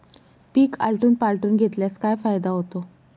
पीक आलटून पालटून घेतल्यास काय फायदा होतो?